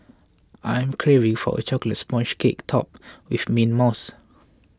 I am craving for a Chocolate Sponge Cake Topped with Mint Mousse